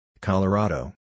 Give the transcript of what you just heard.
Colorado